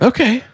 Okay